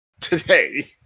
today